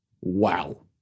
Wow